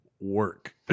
work